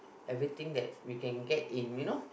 everything that we can get in you know